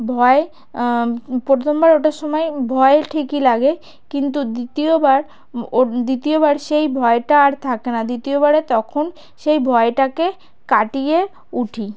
ভয় প্রথমবার ওঠার সময় ভয় ঠিকই লাগে কিন্তু দ্বিতীয়বার ও দ্বিতীয়বার সেই ভয়টা আর থাকে না দ্বিতীয়বারে তখন সেই ভয়টাকে কাটিয়ে উঠি